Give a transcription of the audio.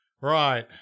Right